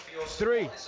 three